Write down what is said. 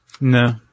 No